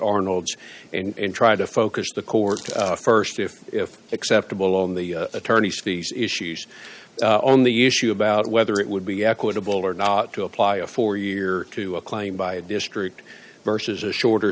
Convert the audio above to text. arnold's and try to focus the court st if if acceptable on the attorney these issues on the issue about whether it would be equitable or not to apply a four year to a claim by a district versus a shorter